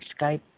Skype